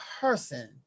person